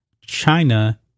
China